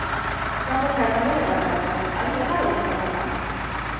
ᱱᱚᱣᱟ ᱫᱚ ᱠᱷᱟᱭᱟᱨᱵᱚᱱᱤ ᱨᱮ ᱞᱟᱜᱟᱣ ᱠᱟᱱᱟ ᱟᱹᱵᱤᱱ ᱚᱠᱟ ᱨᱮᱵᱤᱱ ᱯᱷᱳᱱ ᱠᱟᱜᱼᱟ